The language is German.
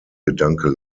gedanke